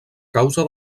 causa